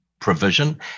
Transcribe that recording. provision